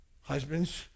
Husbands